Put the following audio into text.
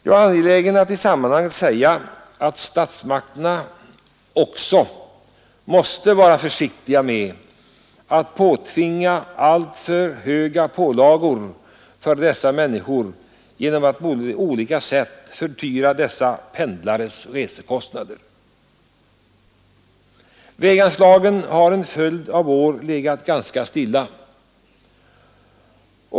Jag är angelägen att i sammanhanget säga att statsmakterna också måste vara försiktiga med att påtvinga dessa människor alltför höga pålagor, som på olika sätt fördyrar pendlarnas resekostnader. Väganslagen har under en följd av år legat ganska stilla.